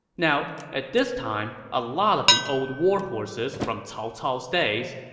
now, at this time, a lot of the old warhorses from cao cao's days,